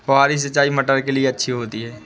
फुहारी सिंचाई मटर के लिए अच्छी होती है?